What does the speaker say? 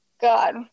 God